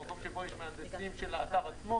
במקום שבו יש מהנדסים של האתר עצמו,